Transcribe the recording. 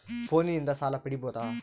ಫೋನಿನಿಂದ ಸಾಲ ಪಡೇಬೋದ?